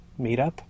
meetup